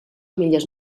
milles